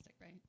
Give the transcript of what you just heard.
right